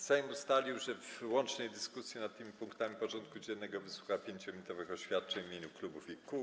Sejm ustalił, że w łącznej dyskusji nad tymi punktami porządku dziennego wysłucha 5-minutowych oświadczeń w imieniu klubów i kół.